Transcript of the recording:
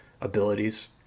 abilities